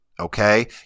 Okay